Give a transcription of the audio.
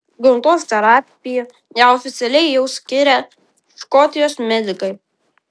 gamtos terapija ją oficialiai jau skiria škotijos medikai